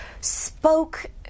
spoke